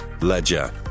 Ledger